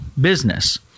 business